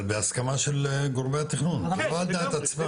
אבל בהסכמה של גורמי התכנון לא על דעת עצמן?